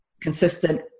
consistent